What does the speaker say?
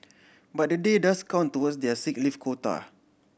but the day does count towards their sick leave quota